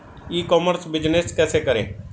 ई commerce business कैसे करें?